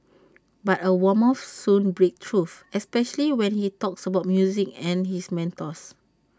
but A warmth soon breaks through especially when he talks about music and his mentors